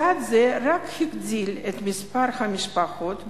צעד זה רק הגדיל את מספר המשפחות,